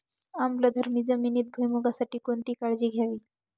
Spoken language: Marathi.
आम्लधर्मी जमिनीत भुईमूगासाठी कोणती काळजी घ्यावी?